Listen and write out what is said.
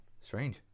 Strange